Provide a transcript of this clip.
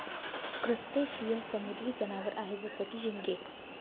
crustacean समुद्री जनावर आहे जसं की, झिंगे